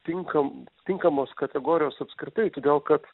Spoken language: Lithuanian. tinkam tinkamos kategorijos apskritai todėl kad